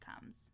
comes